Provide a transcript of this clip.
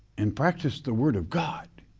and practice the word of god